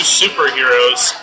superheroes